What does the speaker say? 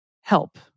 help